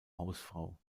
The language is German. hausfrau